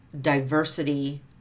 diversity